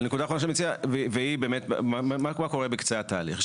נקודה אחרונה שאני מציע, מה קורה בקצה התהליך?